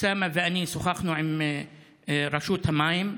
אוסאמה ואני שוחחנו עם רשות המים,